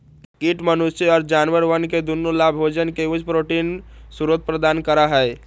कीट मनुष्य और जानवरवन के दुन्नो लाभोजन के उच्च प्रोटीन स्रोत प्रदान करा हई